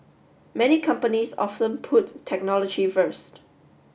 many companies often put technology first